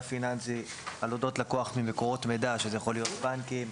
פיננסי על אודות לקוח ממקורות מידע שזה יכול להיות בנקים,